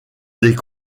des